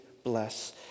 Bless